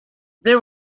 there